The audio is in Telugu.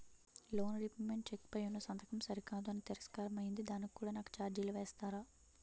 లోన్ రీపేమెంట్ చెక్ పై ఉన్నా సంతకం సరికాదు అని తిరస్కారం అయ్యింది దానికి కూడా నాకు ఛార్జీలు వేస్తారా?